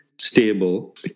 stable